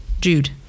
Jude